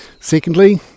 Secondly